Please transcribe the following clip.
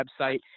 website